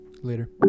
Later